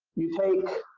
you take,